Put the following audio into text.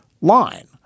line